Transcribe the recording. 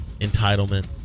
entitlement